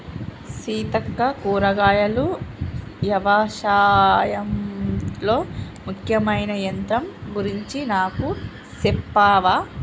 సీతక్క కూరగాయలు యవశాయంలో ముఖ్యమైన యంత్రం గురించి నాకు సెప్పవా